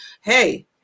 Hey